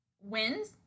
wins